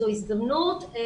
זו הזדמנות.